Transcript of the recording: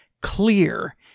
clear